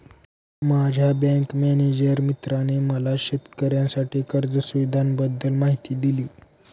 माझ्या bank manager मित्राने मला शेतकऱ्यांसाठी कर्ज सुविधांबद्दल माहिती दिली